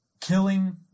killing